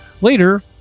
Later